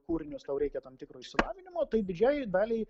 kūrinius tau reikia tam tikro išsilavinimo tai didžiajai daliai